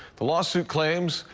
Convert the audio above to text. the lawsuit claims